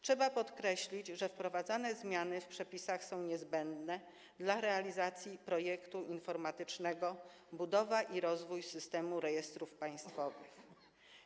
Trzeba podkreślić, że wprowadzane zmiany w przepisach są niezbędne dla realizacji projektu informatycznego dotyczącego budowy i rozwoju systemu rejestrów państwowych.